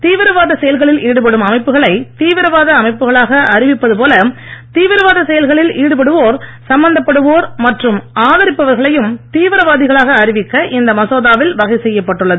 தீவிரவாத செயல்களில் ஈடுபடும் அமைப்புகளை தீவிரவாத அமைப்புகளாக அறிவிப்பது போல தீவிரவாத செயல்களில் ஈடுபடுவோர் சம்பந்தப்படுவோர் மற்றும் தீவிரவாதிகளாக அறிவிக்க இந்த மசோதாவில் வகை செய்யப்பட்டுள்ளது